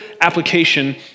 application